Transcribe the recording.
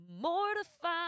mortified